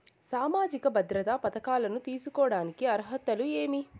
సామాజిక భద్రత పథకాలను తీసుకోడానికి అర్హతలు ఏమి?